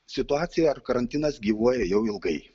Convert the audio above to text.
situacija ar karantinas gyvuoja jau ilgai